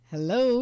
Hello